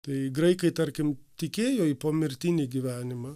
tai graikai tarkim tikėjo į pomirtinį gyvenimą